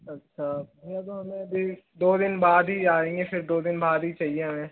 अच्छा भैया तो हमें भी दो दिन बाद ही जायेंगे फिर दो दिन बाद ही चाहिए हमें